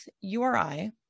URI